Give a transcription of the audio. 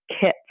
kits